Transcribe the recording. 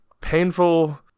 painful